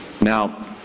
Now